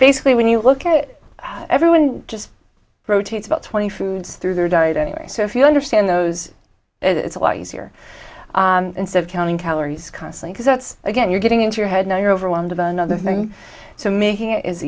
basically when you look at it everyone just rotates about twenty foods through their diet anyway so if you understand those it's a lot easier instead of counting calories concert because that's again you're getting into your head no you're overwhelmed of another thing so making it